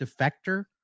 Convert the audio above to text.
defector